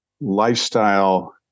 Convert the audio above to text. lifestyle